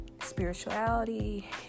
spirituality